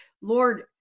lord